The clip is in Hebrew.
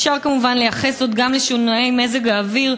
אפשר כמובן לייחס זאת גם לשינויי מזג האוויר,